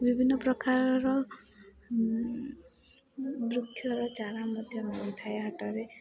ବିଭିନ୍ନ ପ୍ରକାରର ବୃକ୍ଷର ଚାରା ମଧ୍ୟ ମିଳିଥାଏ ହାଟରେ